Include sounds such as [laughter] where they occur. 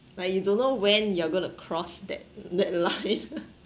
but you don't know when you're going to cross that that line [laughs]